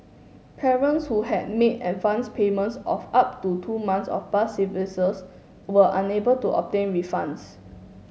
parents who had made advance payments of up to two months of bus services were unable to obtain refunds